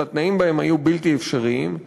אבל התנאים בהם היו בלתי אפשריים.